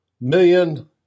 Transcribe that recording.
million